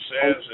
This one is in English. says